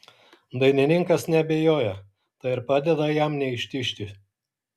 dainininkas neabejoja tai ir padeda jam neištižti